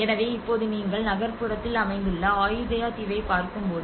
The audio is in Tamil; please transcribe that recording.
எனவே இப்போது நீங்கள் நகர்ப்புறத்தில் அமைந்துள்ள ஆயுதயா தீவைப் பார்க்கும்போது